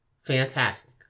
fantastic